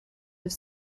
have